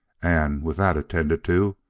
and, with that attended to,